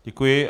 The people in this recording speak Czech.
Děkuji.